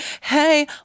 Hey